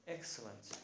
Excellent